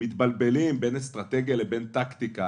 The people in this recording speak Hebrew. מתבלבלים בין אסטרטגיה לבין טקטיקה,